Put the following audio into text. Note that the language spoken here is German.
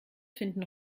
finden